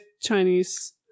Chinese